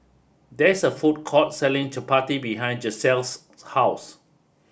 there is a food court selling Chapati behind Giselle's house